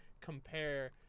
compare